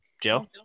joe